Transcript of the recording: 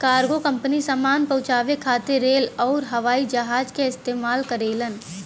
cargo company सामान पहुंचाये खातिर रेल आउर हवाई जहाज क इस्तेमाल करलन